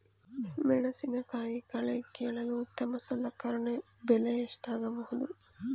ಮೆಣಸಿನಕಾಯಿ ಕಳೆ ಕೀಳಲು ಉತ್ತಮ ಸಲಕರಣೆ ಬೆಲೆ ಎಷ್ಟಾಗಬಹುದು?